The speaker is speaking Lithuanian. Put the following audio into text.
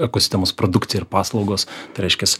ekosistemos produkcija ir paslaugos tai reiškias